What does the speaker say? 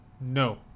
No